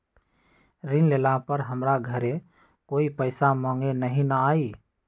ऋण लेला पर हमरा घरे कोई पैसा मांगे नहीं न आई?